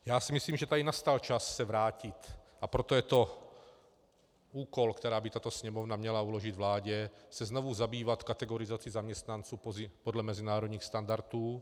Já si myslím, že tady nastal čas se vrátit, a proto je to úkol, který by tato Sněmovna měla uložit vládě, se znovu zabývat kategorizací zaměstnanců podle mezinárodních standardů.